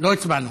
לא הצבענו.